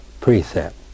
precept